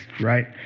right